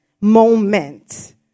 moment